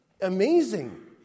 Amazing